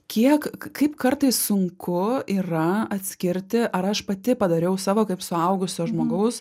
kiek kaip kartais sunku yra atskirti ar aš pati padariau savo kaip suaugusio žmogaus